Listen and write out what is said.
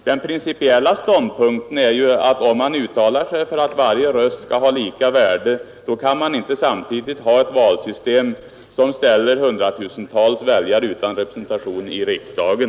Den principiella ståndpunkten är att om man uttalar sig för att varje röst skall ha lika värde, kan man inte samtidigt ha ett valsystem som ställer hundratusentalet väljare utan representation i riksdagen.